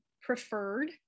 preferred